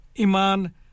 iman